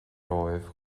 romhaibh